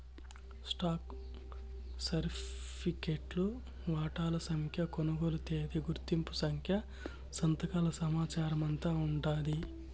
stock సరిఫికెట్లో వాటాల సంఖ్య, కొనుగోలు తేదీ, గుర్తింపు సంఖ్య, సంతకాల సమాచారమంతా ఉండాది